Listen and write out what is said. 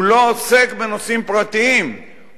לא עוסק בנושאים פרטיים,